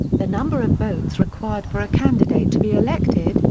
the number of votes required for a candidate to be elected,